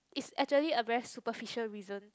is actually a very superficial reason